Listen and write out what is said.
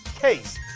case